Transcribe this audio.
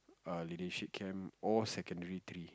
err leadership camp or secondary three